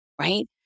right